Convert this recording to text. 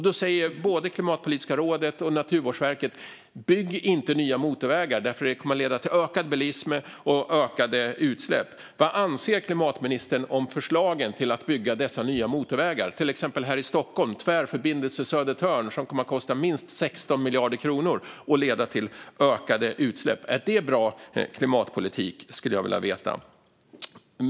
Då säger både Klimatpolitiska rådet och Naturvårdsverket: Bygg inte nya motorvägar, därför att det kommer att leda till ökad bilism och ökade utsläpp. Vad anser klimatministern om förslagen till att bygga dessa nya motorvägar, till exempel Tvärförbindelse Södertörn här i Stockholm som kommer att kosta minst 16 miljarder kronor och leda till ökade utsläpp? Är det bra klimatpolitik? Det skulle jag vilja veta.